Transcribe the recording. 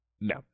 No